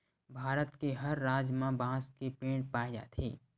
भारत के हर राज म बांस के पेड़ पाए जाथे